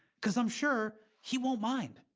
cause i'm sure he won't mind.